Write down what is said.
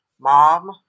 mom